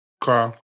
Carl